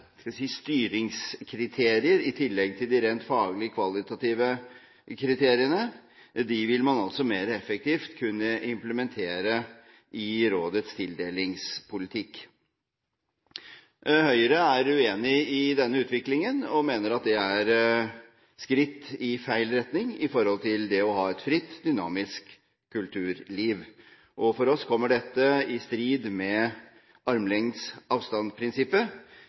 skal vi si, styringskriterier i tillegg til de rent faglige kvalitative kriteriene, vil man altså mer effektivt kunne implementere i rådets tildelingspolitikk. Høyre er uenig i denne utviklingen og mener at det er et skritt i feil retning i forhold til det å ha et fritt, dynamisk kulturliv. For oss kommer dette i strid med